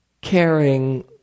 caring